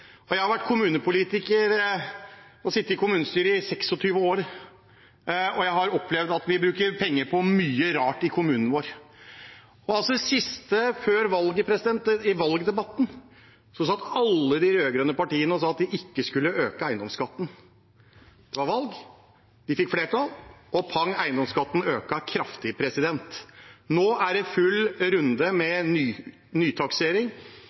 Jeg har vært kommunepolitiker og sittet i kommunestyret i 26 år, og jeg har opplevd at vi bruker penger på mye rart i kommunen vår. I den siste valgdebatten før valget satt alle de rød-grønne partiene og sa at de ikke skulle øke eiendomsskatten. Det var valg, de fikk flertall, og pang – eiendomsskatten økte kraftig. Nå er det full runde med nytaksering,